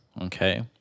okay